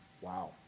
Wow